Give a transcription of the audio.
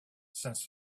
since